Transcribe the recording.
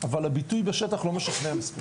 אבל הביטוי בשטח לא משכנע מספיק.